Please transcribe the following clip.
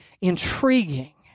intriguing